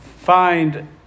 find